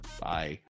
Bye